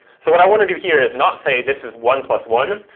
so what i want to do here is not say this is one plus one,